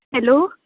hello